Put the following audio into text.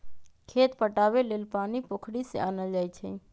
खेत पटाबे लेल पानी पोखरि से आनल जाई छै